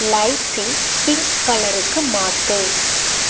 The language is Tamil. லைட்ஸை பிங்க் கலருக்கு மாற்று